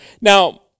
Now